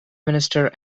minister